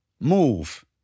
move